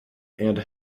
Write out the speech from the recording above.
and